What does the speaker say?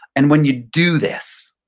and when you do this,